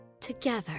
together